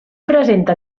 presenta